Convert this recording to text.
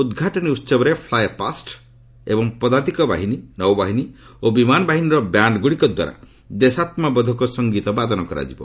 ଉଦ୍ଘାଟନୀ ଉହବରେ flypast ଏବଂ ପଦାତିକ ବାହିନୀ ନୌବାହିନୀ ଓ ବିମାନ ବାହିନୀର ବ୍ୟାଣ୍ଡ୍ଗୁଡ଼ିକ ଦ୍ୱାରା ଦେଶାତ୍ଗବୋଧକ ସଂଗୀତ ବାଦନ କରାଯିବ